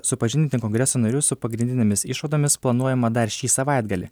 supažindinti kongreso narius su pagrindinėmis išvadomis planuojama dar šį savaitgalį